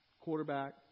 Quarterback